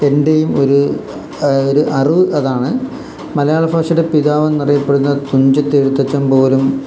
എൻ്റെയും ഒരു ഒരു അറിവ് അതാണ് മലയാള ഭാഷയുടെ പിതാവെന്ന് അറിയപ്പെടുന്ന തുഞ്ചത്ത് എഴുത്തച്ഛൻ പോലും